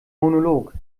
monolog